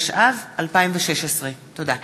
התשע"ו 2016. תודה.